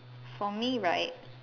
for me right